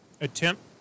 attempt